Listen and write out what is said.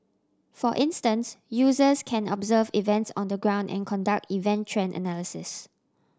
for instance users can observe events on the ground and conduct event trend analysis